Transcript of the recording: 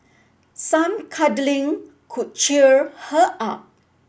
some cuddling could cheer her up